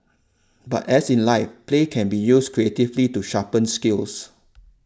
but as in life play can be used creatively to sharpen skills